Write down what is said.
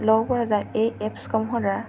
ল'ব পৰা যায় এই এপছসমূহৰ দ্বাৰা